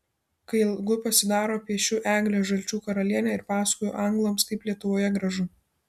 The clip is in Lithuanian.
kai ilgu pasidaro piešiu eglę žalčių karalienę ir pasakoju anglams kaip lietuvoje gražu